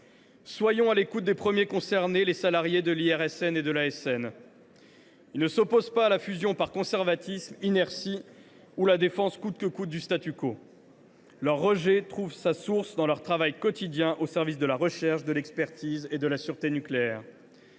Soyons à l’écoute des premiers concernés, les salariés de l’IRSN et de l’ASN. Ils ne s’opposent pas à la fusion par conservatisme, par inertie ou par souci de défendre coûte que coûte le. Leur rejet trouve sa source dans leur travail quotidien au service de la recherche, de l’expertise et de la sûreté nucléaire.